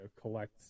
collect